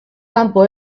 kanpo